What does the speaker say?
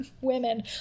women